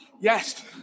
yes